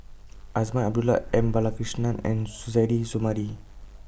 Azman Abdullah M Balakrishnan and Suzairhe Sumari